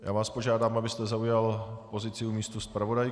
Já vás požádám, abyste zaujal pozici na místě zpravodajů.